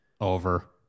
Over